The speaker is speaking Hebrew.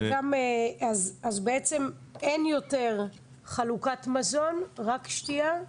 אז בעצם אין יותר חלוקת מזון, רק שתייה?